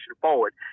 forward